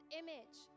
image